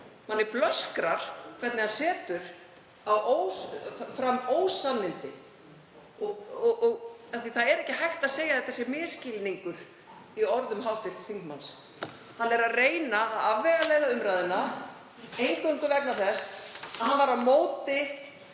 Manni blöskrar hvernig hann setur fram ósannindi. Það er ekki hægt að segja að þetta sé misskilningur í orðum hv. þingmanns. Hann er að reyna að afvegaleiða umræðuna, eingöngu vegna þess að hann var á móti